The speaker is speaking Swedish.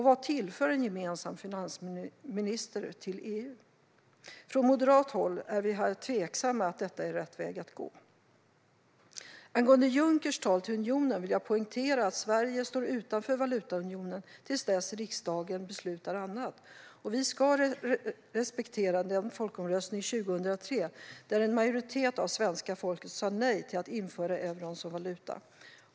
Vad tillför en gemensam finansminister till EU? Från moderat håll är vi tveksamma till att detta är rätt väg att gå. Angående Junckers tal till unionen vill jag poängtera att Sverige står utanför valutaunionen till dess att riksdagen beslutar annat. Vi ska respektera den folkomröstning 2003 där en majoritet av svenska folket sa nej till att införa euron som valuta.